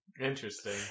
Interesting